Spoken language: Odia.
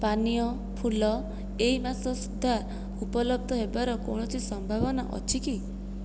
ପାନୀୟ ଫୁଲ ଏହି ମାସ ସୁଦ୍ଧା ଉପଲବ୍ଧ ହେବାର କୌଣସି ସମ୍ଭାବନା ଅଛି କି